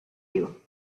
you